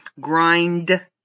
Grind